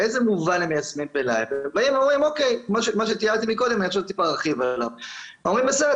אני ארחיב מעט את מה שתיארתי קודם: אומרים - בסדר,